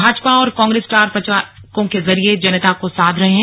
भाजपा और कांग्रेस स्टार प्रचारकों के जरिए जनता को साध रहे हैं